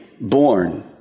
born